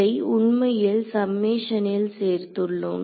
இதை உண்மையில் சம்மேஷனில் சேர்த்துள்ளோம்